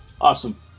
Awesome